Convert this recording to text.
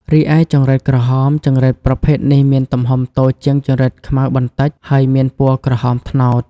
រីឯចង្រិតក្រហម ចង្រិតប្រភេទនេះមានទំហំតូចជាងចង្រិតខ្មៅបន្តិច ហើយមានពណ៌ក្រហមត្នោត។